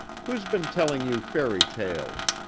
who's been telling you fairy tales?